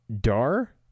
Dar